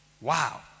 Wow